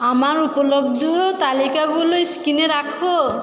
আমার উপলব্ধ তালিকাগুলো স্ক্রীনে রাখো